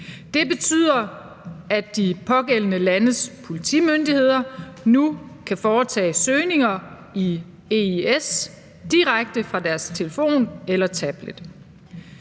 Det betyder, at de pågældende landes politimyndigheder nu kan foretage søgninger i EIS direkte fra deres telefon eller tablet.